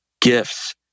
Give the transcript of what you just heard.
gifts